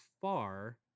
far